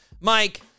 Mike